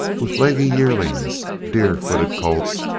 with leggy yearlings, deer-footed colts,